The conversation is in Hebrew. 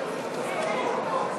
חברי הכנסת,